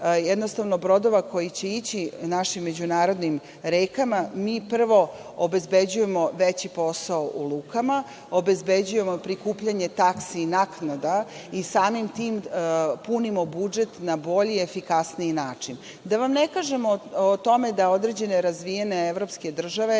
veći broj brodova koji će ići našim međunarodnim rekama, mi prvo obezbeđujemo veći posao u lukama, obezbeđujemo prikupljanje taksi i naknada i samim tim, punimo budžet na bolji i efikasniji način. Da vam ne pričam o tome da određene razvijene evropske države